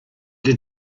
had